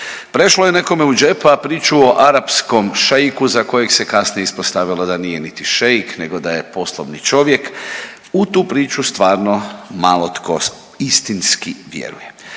prešlo je nekome u džep, a priču o arapskom šeiku za kojeg se kasnije ispostavilo da nije niti šeik nego da je poslovni čovjek, u tu priču stvarno malo tko istinski vjeruje.